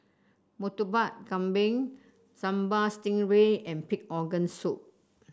Murtabak Kambing Sambal Stingray and Pig Organ Soup